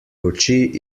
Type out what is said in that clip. oči